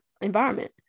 environment